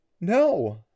no